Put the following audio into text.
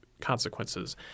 consequences